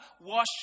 wash